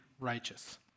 righteous